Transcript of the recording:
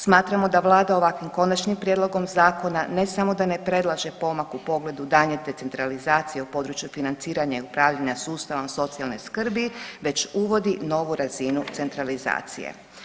Smatramo da vlada ovakvim konačnim prijedlogom zakona ne samo da ne predlaže pomak u pogledu daljnje decentralizacije u području financiranja i upravljanja sustavom socijalne skrbi već uvodi novu razinu centralizacije.